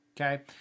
okay